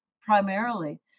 primarily